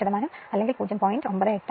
8 അല്ലെങ്കിൽ 0